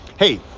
Hey